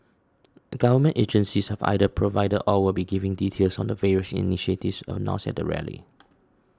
government agencies have either provided or will be giving details on the various initiatives announced at the rally